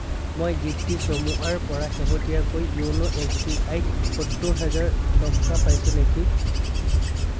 মই দীপ্তি চমুৱাৰ পৰা শেহতীয়াকৈ য়োনো এছবিআইত সত্তৰ হাজাৰ টকা পাইছোঁ নেকি